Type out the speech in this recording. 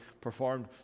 performed